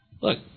look